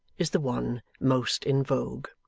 is the one most in vogue.